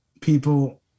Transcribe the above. people